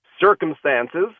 circumstances